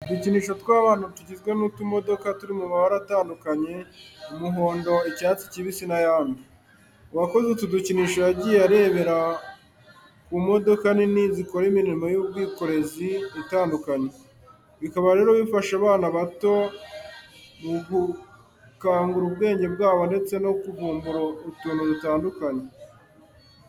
Udukinisho tw'abana tugizwe n'utumodoka turi mu mabara atandukanye, umuhondo, icyatsi kibisi n'ayandi. Uwakoze utu dukinisho yagiye arebera ku modoka nini zikora imirimo y'ubwikorezi itandukanye. Bikaba rero bifasha abana bato mu gukangura ubwenge bwabo ndetse no kuvumbura utuntu dutandukanye.